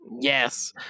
Yes